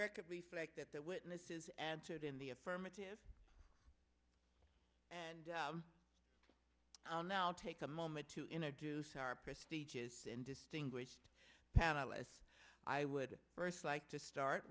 record reflect that the witnesses answered in the affirmative and i'll now take a moment to introduce our prestigious and distinguished panelists i would first like to start